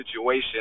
situation